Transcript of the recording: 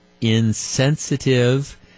insensitive